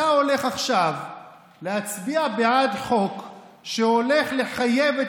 אתה הולך עכשיו להצביע בעד חוק שהולך לחייב את